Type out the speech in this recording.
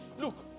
Look